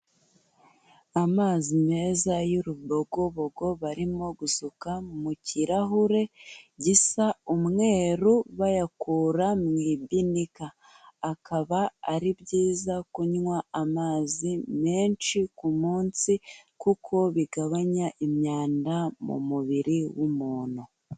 Amazi meza y'urubogobogo barimo gusuka mu kirahure gisa umweru bayakura mu ibinika, akaba ari byiza kunywa amazi menshi ku munsi kuko bigabanya imyanda mu mubiri w'umuntu.